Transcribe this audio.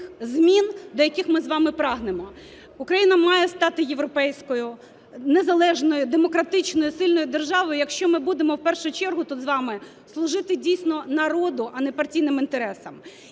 змін, до яких ми з вами прагнемо. Україна має стати європейською, незалежною, демократичною і сильною державою, якщо ми будемо в першу чергу тут з вами служити дійсно народу, а не партійним інтересам.